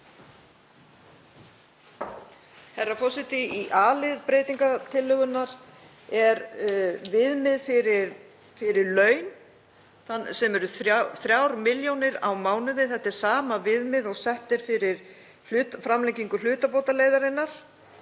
Herra forseti. Í a-lið breytingartillögunnar er viðmið fyrir laun 3 milljónir á mánuði. Þetta er sama viðmið og sett er fyrir framlengingu hlutabótaleiðarinnar.